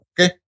okay